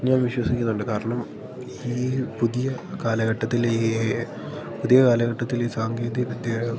ഞാൻ വിശ്വസിക്ക്ന്നൊണ്ട് കാരണം ഈ പുതിയ കാലഘട്ടത്തിലേ ഏ യ് പുതിയ കാലഘട്ടത്തിലെ സാങ്കേതികവിദ്യ